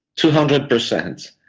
two hundred per cent.